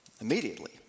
immediately